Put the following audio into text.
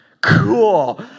Cool